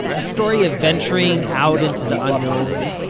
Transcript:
a story of venturing out into the unknown,